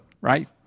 right